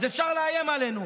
אז אפשר לאיים עלינו.